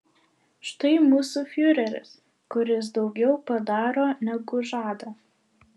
štai mūsų fiureris kuris daugiau padaro negu žada